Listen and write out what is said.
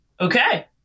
Okay